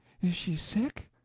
is she sick?